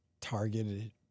targeted